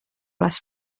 les